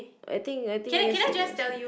I think I think yes